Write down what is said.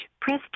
Press